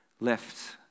left